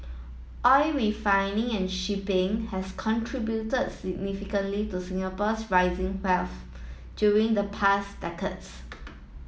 oil refining and shipping has contributed significantly to Singapore's rising wealth during the past decades